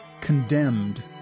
condemned